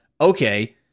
okay